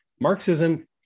Marxism